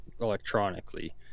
electronically